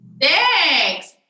Thanks